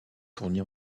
tournés